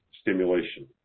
stimulation